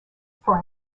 for